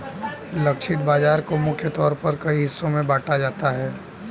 लक्षित बाजार को मुख्य तौर पर कई हिस्सों में बांटा जाता है